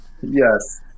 Yes